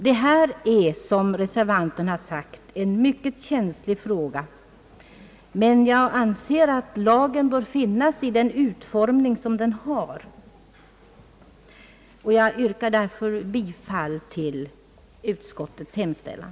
Detta är, som reservanterna har sagt, en mycket känslig fråga. Jag anser dock att lagen bör finnas i dess nuvarande utformning och yrkar därför bifall till utskottets hemställan.